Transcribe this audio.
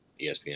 ESPN